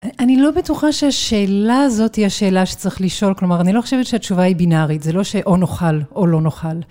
אני לא בטוחה שהשאלה הזאת היא השאלה שצריך לשאול, כלומר, אני לא חושבת שהתשובה היא בינארית, זה לא שאו נוכל או לא נוכל.